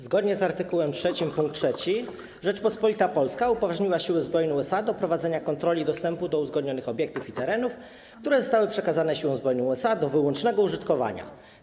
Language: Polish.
Zgodnie z art. 3 pkt 3 Rzeczpospolita Polska upoważniła siły zbrojne USA do prowadzenia kontroli dostępu do uzgodnionych obiektów i terenów, które zostały przekazane siłom zbrojnym USA do wyłącznego użytkowania.